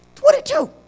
Twenty-two